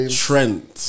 trent